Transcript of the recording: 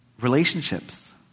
relationships